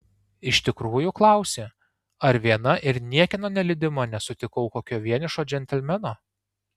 iš tikrųjų klausi ar viena ir niekieno nelydima nesutikau kokio vienišo džentelmeno